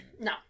No